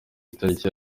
itariki